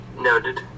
Noted